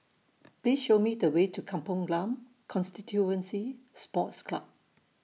Please Show Me The Way to Kampong Glam Constituency Sports Club